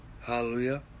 Hallelujah